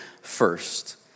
first